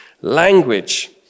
language